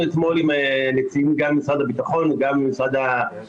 אתמול גם עם נציג משרד הביטחון וגם עם הצבא.